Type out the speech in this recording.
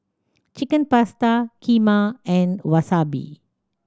Chicken Pasta Kheema and Wasabi